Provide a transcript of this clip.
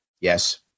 Yes